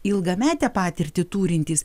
ilgametę patirtį turintys